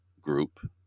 group